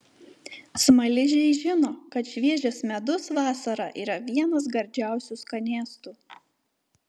smaližiai žino kad šviežias medus vasarą yra vienas gardžiausių skanėstų